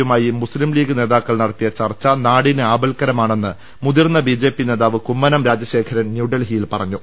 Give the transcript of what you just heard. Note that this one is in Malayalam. യുമായി മുസ്ലീംലീഗ് നേതാക്കൾ നടത്തിയ ചർച്ച നാടിന് ആപൽക്കരമാണെന്ന് മുതിർന്ന ബിജെപി നേതാവ് കുമ്മനം രാജശേഖരൻ ന്യൂഡൽഹിയിൽ പറഞ്ഞു